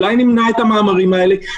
אולי נמנע את המאמרים האלה?